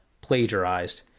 plagiarized